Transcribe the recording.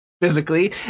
physically